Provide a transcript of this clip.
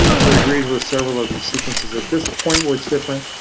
so it agrees with several of these sequences at this point where it's different.